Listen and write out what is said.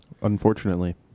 Unfortunately